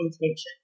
intention